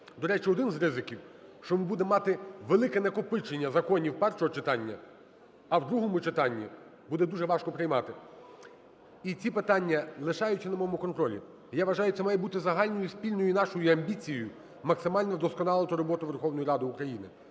До речі, один з ризиків, що ми будемо мати велике накопичення законів першого читання, а в другому читанні буде дуже важко приймати. І ці питання лишаються на моєму контролі. І я вважаю, це має бути загальною, спільною нашою амбіцією максимально вдосконалити роботу Верховної Ради України.